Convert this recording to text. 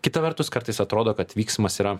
kita vertus kartais atrodo kad vyksmas yra